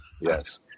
yes